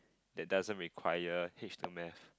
that doesn't require H two math